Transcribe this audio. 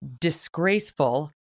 disgraceful